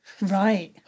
Right